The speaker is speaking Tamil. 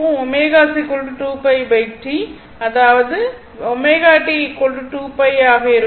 ω 2 π T அதாவது ω T 2π ஆக இருக்கும்